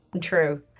True